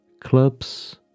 clubs